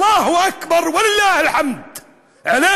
אללה אכבר ולוֹ התהילה עליכם.)